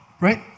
right